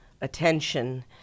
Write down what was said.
attention